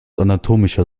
anatomischer